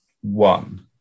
one